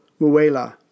Muela